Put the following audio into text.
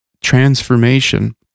transformation